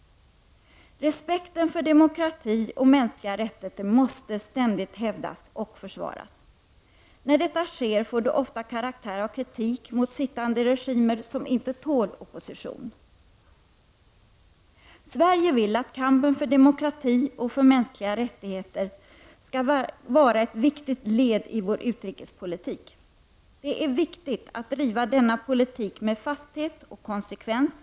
Respekten för demokrati och mänskliga rättigheter måste ständigt hävdas och försvaras. När detta sker får det ofta karaktär av kritik mot sittande regimer som inte tål opposition. I Sverige vill vi att kampen för demokrati och för mänskliga rättigheter skall vara ett viktigt led i vår utrikespolitik. Det är viktigt att driva denna politik med fasthet och konsekvens.